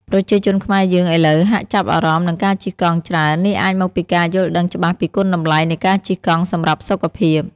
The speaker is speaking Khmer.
ប្រជាជនខ្មែរយើងឥឡូវហាក់ចាប់អារម្មណ៍នឹងការជិះកង់ច្រើន នេះអាចមកពីការយល់ដឹងច្បាស់ពីគុណតម្លៃនៃការជិះកង់សម្រាប់សុខភាព។